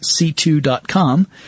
C2.com